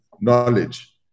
knowledge